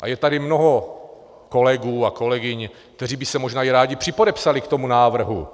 A je tady mnoho kolegů a kolegyň, kteří by se možná i rádi připodepsali k tomuto návrhu.